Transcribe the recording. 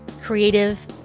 creative